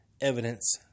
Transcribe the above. evidence